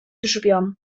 drzwiom